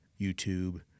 YouTube